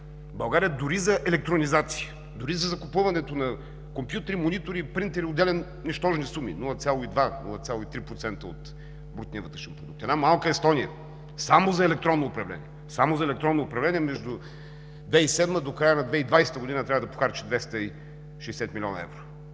България дори за електронизация, дори за закупуването на компютри, монитори, принтери отделя нищожни суми – 0,2 – 0,3% от брутния вътрешен продукт. Една малка Естония само за електронно управление от 2007 г. до края на 2020 г. трябва да похарчи 260 млн. евро.